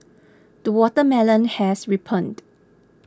the watermelon has ripened